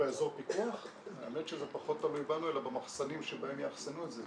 האמת שזה פחות תלוי בנו אלא במחסנים שבהם יאחסנו את זה.